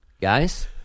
Guys